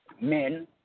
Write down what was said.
men